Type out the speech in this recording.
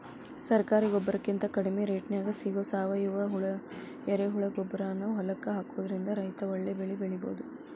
ಸರಕಾರಿ ಗೊಬ್ಬರಕಿಂತ ಕಡಿಮಿ ರೇಟ್ನ್ಯಾಗ್ ಸಿಗೋ ಸಾವಯುವ ಎರೆಹುಳಗೊಬ್ಬರಾನ ಹೊಲಕ್ಕ ಹಾಕೋದ್ರಿಂದ ರೈತ ಒಳ್ಳೆ ಬೆಳಿ ಬೆಳಿಬೊದು